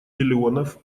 миллионов